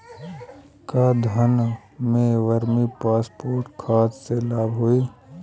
का धान में वर्मी कंपोस्ट खाद से लाभ होई?